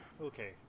Okay